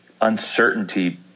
uncertainty